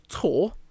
tour